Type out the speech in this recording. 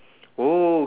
oh